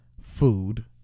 food